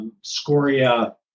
scoria